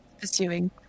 pursuing